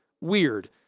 weird